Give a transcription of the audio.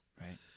Right